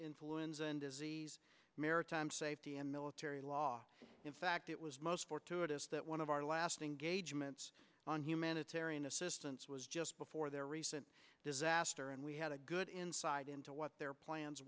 influenza and disease maritime safety and military law in fact it was most fortuitous that one of our last engagements on humanitarian assistance was just before their recent disaster and we had a good insight into what their plans